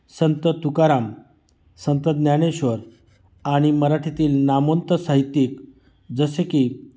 संत तुकाराम संत ज्ञानेश्वर आणि मराठीतील नामवंत साहित्यिक जसे की